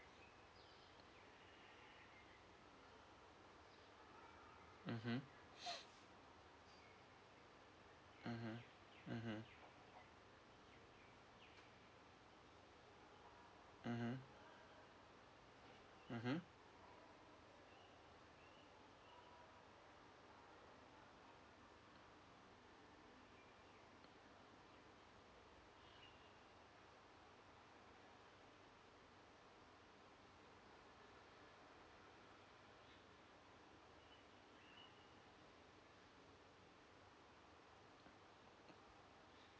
mmhmm mmhmm mmhmm mmhmm mmhmm